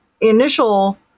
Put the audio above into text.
initial